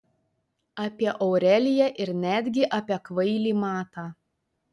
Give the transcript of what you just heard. apie aureliją ir netgi apie kvailį matą